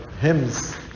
hymns